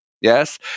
Yes